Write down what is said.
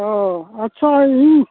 ᱚ ᱟᱪᱪᱷᱟ ᱤᱧ